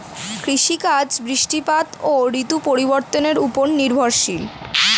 কৃষিকাজ বৃষ্টিপাত ও ঋতু পরিবর্তনের উপর নির্ভরশীল